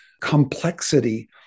complexity